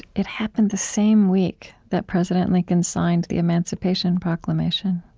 it happened the same week that president lincoln signed the emancipation proclamation.